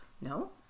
No